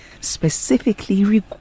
specifically